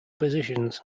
positions